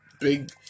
big